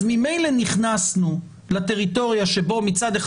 אז ממילא נכנסנו לטריטוריה שבה מצד אחד